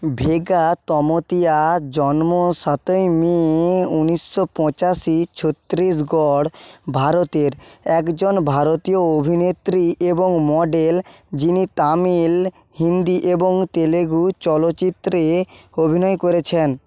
Vega Tamotia জন্ম সাতই May উনিশশো পঁচাশি ছত্তিশগড় ভারতের একজন ভারতীয় অভিনেত্রী এবং মডেল যিনি তামিল হিন্দি এবং তেলেগু চলচ্চিত্রে অভিনয় করেছেন